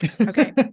Okay